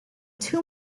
too